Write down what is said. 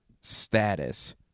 status